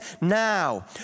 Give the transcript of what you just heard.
now